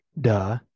Duh